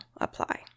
apply